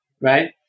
right